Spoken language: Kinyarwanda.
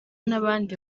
n’abandi